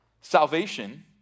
salvation